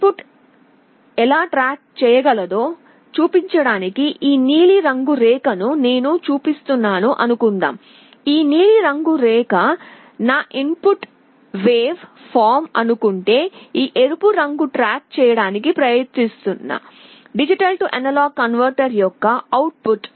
in put ఎలా track చేయగలదో చూపించడానికి ఈ నీలి రంగు రేఖను నేను చూపిస్తున్న అనుకుందాం ఈ నీలిరంగు రేఖ నా ఇన్ పుట్ వేవ్ ఫార్మ్ అనుకుంటే ఈ ఎరుపు రంగు ట్రాక్ చేయడానికి ప్రయత్నిస్తున్న D A కన్వర్టర్ యొక్క అవుట్ పుట్